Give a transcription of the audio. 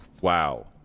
Wow